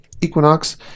Equinox